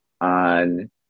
on